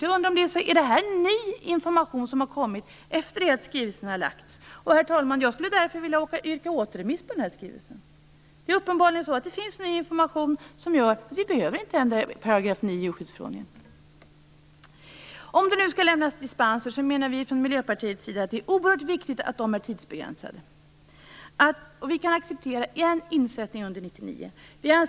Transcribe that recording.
Jag undrar om det här är en ny information, som har kommit fram efter det att skrivelsen har lagts fram. Herr talman! Jag skulle mot denna bakgrund vilja yrka på återremiss av skrivelsen. Det är uppenbarligen så att det finns ny information som gör att vi inte behöver ändra 9 § djurskyddsförordningen. Om det nu skall lämnas dispenser menar vi från Miljöpartiets sida att det är oerhört viktigt att dessa är tidsbegränsade. Vi kan acceptera en insättning under 1999.